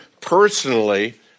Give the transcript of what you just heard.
personally